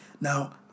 Now